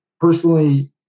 Personally